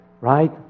Right